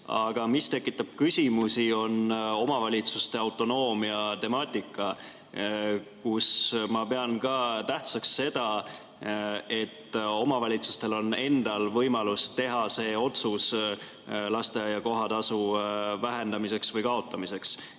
Aga mis tekitab küsimusi, on omavalitsuste autonoomia temaatika. Ma pean ka tähtsaks seda, et omavalitsustel on endal võimalus teha see otsus lasteaia kohatasu vähendamiseks või kaotamiseks.